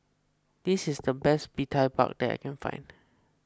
this is the best Bee Tai Mak that I can find